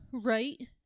Right